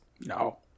No